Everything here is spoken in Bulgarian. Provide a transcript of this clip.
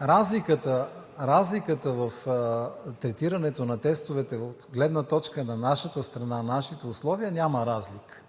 Разликата в третирането на тестовете от гледна точка на нашата страна, нашите условия, няма разлика.